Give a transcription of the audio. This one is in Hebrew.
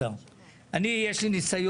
אבל אני רוצה להציע לך עצה.